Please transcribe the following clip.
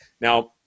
Now